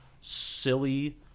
silly